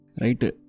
Right